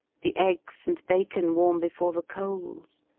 the eggs and bacon warm before the coals,